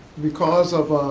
because of